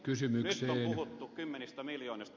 nyt on puhuttu kymmenistä miljoonista